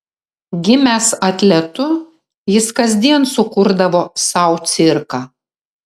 gimęs atletu jis kasdien sukurdavo sau cirką